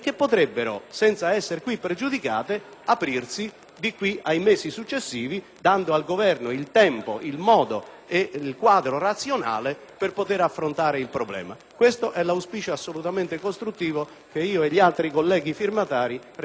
di qui ai mesi successivi dando al Governo il tempo, il modo e il quadro razionale per poter affrontare il problema. Questo è l'auspicio costruttivo che io e gli altri colleghi firmatari rendiamo all'Aula e ai colleghi del Governo.